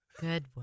Good